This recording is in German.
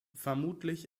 vermutlich